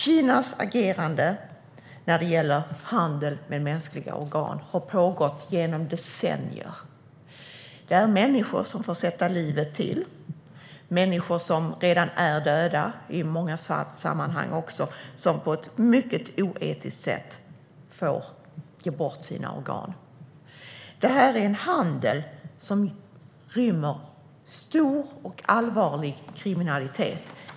Kinas agerande när det gäller handel med mänskliga organ har pågått i decennier. Människor får sätta livet till och på ett mycket oetiskt sätt ge bort sina organ. I många sammanhang gäller det även människor som redan är döda. Detta är en handel som rymmer stor och allvarlig kriminalitet.